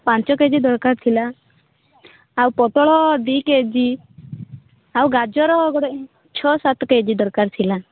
ପାଞ୍ଚ K G ଦରକାର ଥିଲା ଆଉ ପୋଟଳ ଦୁଇ କେ ଜି ଆଉ ଗାଜର ଗୋଟେ ଛଅ ସାତ କେ ଜି ଦରକାର ଥିଲା